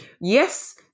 yes